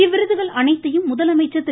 இவ்விருதுகள் அனைத்தையும் முதலமைச்சர் திரு